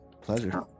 Pleasure